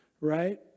right